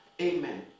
Amen